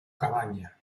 cabaña